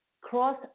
cross